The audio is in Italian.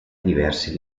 diversi